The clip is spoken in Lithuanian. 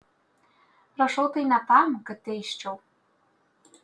rašau tai ne tam kad teisčiau